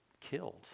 killed